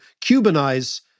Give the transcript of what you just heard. Cubanize